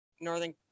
Northern